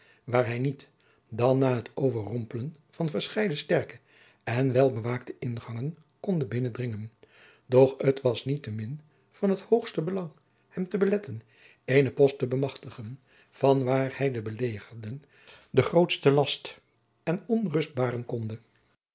waar hij niet dan na het overrompelen van verscheiden sterke en wel bewaakte ingangen konde binnen dringen doch het was niet te min van het hoogste belang hem te beletten eene post te bemachtigen vanwaar hij den belegerden de grootste last en ongerustheid baren konde